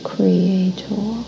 Creator